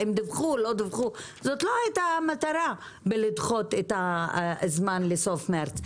האם דווחו או לא דווחו וזאת לא הייתה המטרה בלדחות את הזמן לסוף מרץ.